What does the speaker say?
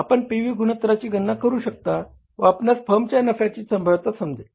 आपण P V गुणोत्तराची गणना करू शकता व आपणास फर्मच्या नफ्याची संभाव्यता समजेल